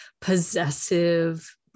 possessive